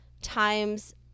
times